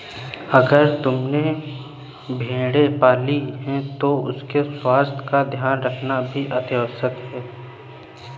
अगर तुमने भेड़ें पाली हैं तो उनके स्वास्थ्य का ध्यान रखना भी अतिआवश्यक है